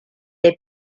les